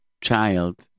child